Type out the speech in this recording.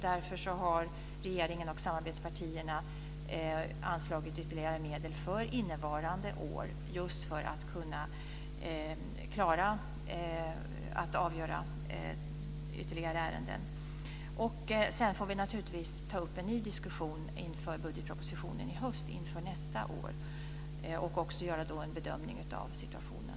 Därför har regeringen och samarbetspartierna anslagit ytterligare medel för innevarande år just för att man ska kunna avgöra ytterligare ärenden. Sedan får vi naturligtvis ta upp en ny diskussion inför budgetpropositionen i höst, inför nästa år, och också då göra en bedömning av situationen.